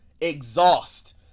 exhaust